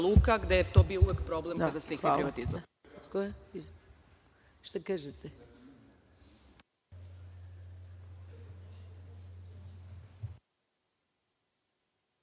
luka, gde je to bio uvek problem kada ste ih privatizovali.